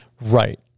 right